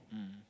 mm